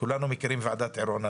כולנו מכירים את ועדת עירון,